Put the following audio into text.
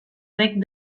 reg